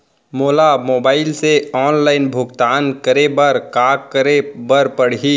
मोला मोबाइल से ऑनलाइन भुगतान करे बर का करे बर पड़ही?